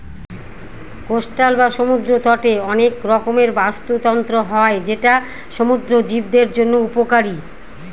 coastal বা সমুদ্র তটে অনেক রকমের বাস্তুতন্ত্র হয় যেটা সমুদ্র জীবদের জন্য উপকারী